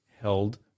held